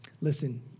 Listen